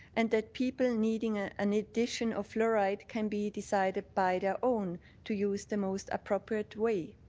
and that people needing ah an addition of fluoride can be decided by their own to use the most appropriate way.